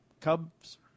Cubs